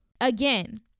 again